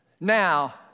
Now